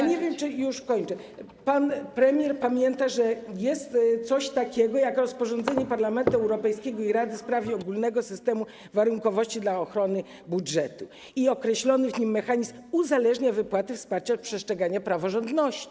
Ja nie wiem, czy - już kończę - pan premier pamięta, że jest coś takiego jak rozporządzenie Parlamentu Europejskiego i Rady w sprawie ogólnego systemu warunkowości dla ochrony budżetu i określony w nim mechanizm uzależnia wypłaty wsparcia od przestrzegania praworządności.